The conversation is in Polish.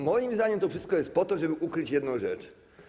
Moim zdaniem to wszystko jest po to, żeby ukryć jedną rzecz.